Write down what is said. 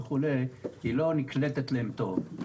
וכו' לא נקלטת להם טוב.